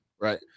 Right